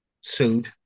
sued